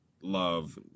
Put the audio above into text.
love